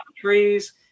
trees